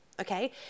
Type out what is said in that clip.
Okay